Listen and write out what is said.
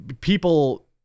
People